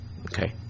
okay